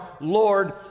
lord